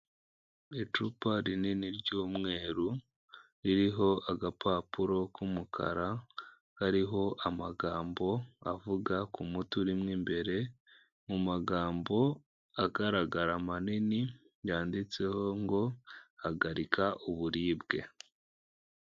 Icupa rinini ry'umweru ririho agapapuro k'umukara kariho amagambo avuga ku muti urimo imbere mumagambo agaragara manini yanditseho ngo hagarika uburibwe.